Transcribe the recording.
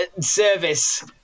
service